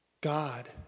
God